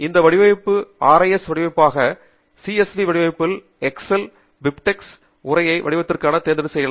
இந்த வடிவமைப்பு ஆர்ஐஎஸ் வடிவமைப்பாக சிஸ்வீ வடிவமைப்பில் எஸ்ஸ்ல் பிபிட்ஸ் அல்லது உரை வடிவத்திற்காக தேர்வு செய்யப்படலாம்